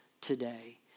today